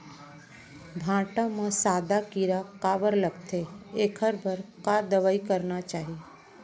भांटा म सादा कीरा काबर लगथे एखर बर का दवई करना चाही?